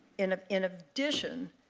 in ah in addition,